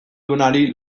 duenari